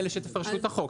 כי אתם אלה שתפרשו את החוק.